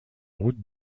route